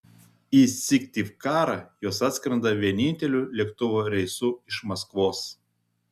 į syktyvkarą jos atskrenda vieninteliu lėktuvo reisu iš maskvos